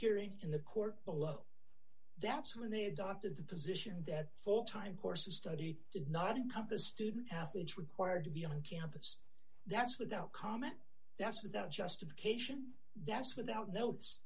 hearing in the court below that's when they adopted the position that full time course of study did not encompass student athletes required to be on campus that's without comment that's without justification that's without not